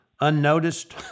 unnoticed